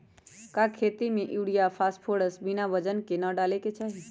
का खेती में यूरिया फास्फोरस बिना वजन के न डाले के चाहि?